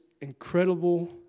incredible